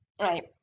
right